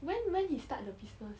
when when he start the business